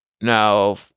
Now